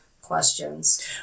questions